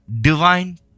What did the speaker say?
divine